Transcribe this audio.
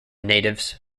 natives